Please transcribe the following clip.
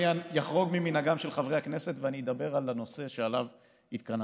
אני אחרוג ממנהגם של חברי הכנסת ואדבר על הנושא שעליו התכנסנו,